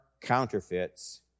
counterfeits